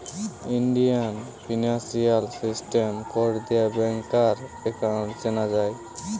Indian financial system code দিয়ে ব্যাংকার account চেনা যায়